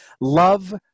love